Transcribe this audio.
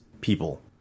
people